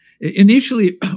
Initially